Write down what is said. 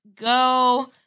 go